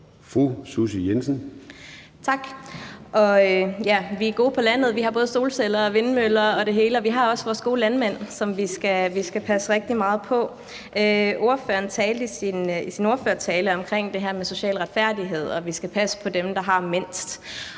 Susie Jessen (DD): Tak. Ja, vi er gode på landet – vi har både solceller og vindmøller og det hele. Og vi har også vores gode landmænd, som vi skal passe rigtig meget på. Ordføreren talte i sin ordførertale om det her med social retfærdighed og om, at vi skulle passe på dem, som har mindst.